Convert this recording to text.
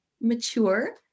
mature